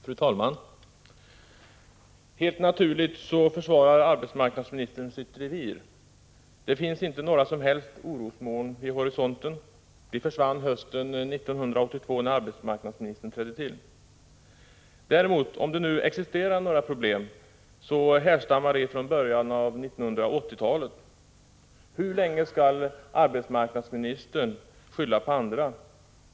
Fru talman! Helt naturligt försvarar arbetsmarknadsministern sitt revir. — 15 november 1985 Det finns inte några som helst orosmoln vid horisonten. De försvann hösten 1982, när arbetsmarknadsministern trädde till. Om det nu existerar några problem, så härstammar de från början av 1980-talet. Hur länge skall arbetsmarknadsministern skylla på andra?